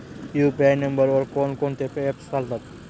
UPI नंबरवर कोण कोणते ऍप्स चालतात?